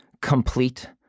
complete